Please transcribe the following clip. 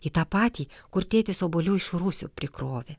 į tą patį kur tėtis obuolių iš rūsio prikrovė